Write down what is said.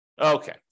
Okay